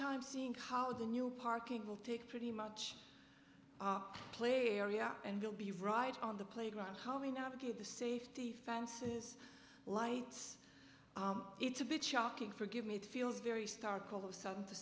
time seeing how the new parking will take pretty much play area and we'll be right on the playground how we navigate the safety fences lights it's a bit shocking forgive me feels very stark all of sudden to